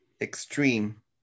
extreme